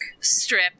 strip